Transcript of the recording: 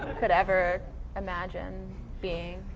um could ever imagine being,